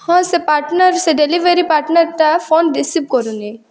ହଁ ସେ ପାଟର୍ନର୍ ସେ ଡେଲିଭରି ପାର୍ଟନର୍ଟା ଫୋନ ରିସିଭ୍ କରୁନି